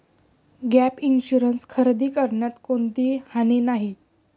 gap insurance खरेदी करण्यात कोणतीही हानी नाही